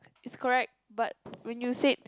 is correct but when you said